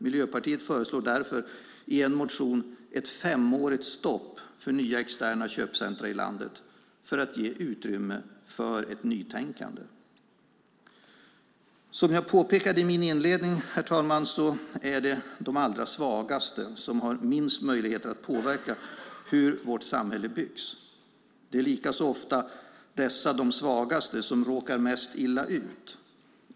Miljöpartiet föreslår därför i en motion ett femårigt stopp för nya externa köpcentrum i landet för att ge utrymme för ett nytänkande. Herr talman! Som jag påpekade i min inledning är det de allra svagaste som har minst möjlighet att påverka hur vårt samhälle byggs. Det är likaså ofta dessa de svagaste som råkar mest illa ut.